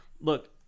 look